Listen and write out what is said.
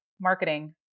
marketing